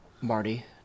Marty